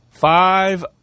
Five